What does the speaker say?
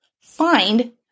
find